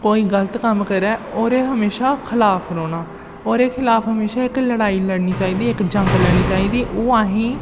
कोई गल्त कम्म करै ओह्दे हमेशा खलाफ रौह्ना ओह्दे खिलाफ हमेशा इक लड़ाई लड़नी चाहिदी इक जंग लड़नी चाहिदी ओह् असें गी